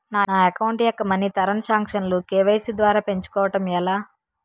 నా అకౌంట్ యెక్క money transaction లు కే.వై.సీ ద్వారా పెంచుకోవడం ఎలా?